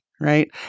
right